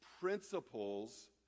principles